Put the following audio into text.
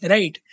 Right